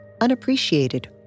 unappreciated